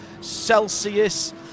Celsius